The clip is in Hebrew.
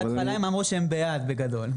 בהתחלה הם אמרו שהם בעד בגדול.